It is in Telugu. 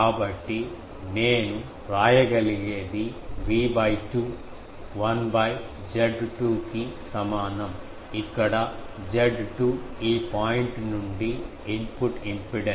కాబట్టి నేను వ్రాయగలిగేది V 2 1 Z2 కి సమానం ఇక్కడ Z2 ఈ పాయింట్ నుండి ఇన్పుట్ ఇంపిడెన్స్